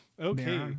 Okay